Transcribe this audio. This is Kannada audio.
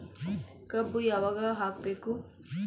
ಕಬ್ಬು ಯಾವಾಗ ಹಾಕಬೇಕು?